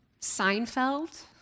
Seinfeld